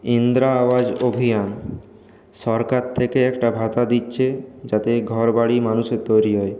ইন্দিরা অবাস অভিয়ান সরকার থেকে একটা ভাতা দিচ্ছে যাতে ঘরবাড়ি মানুষের তৈরি হয়